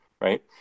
right